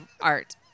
art